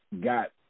got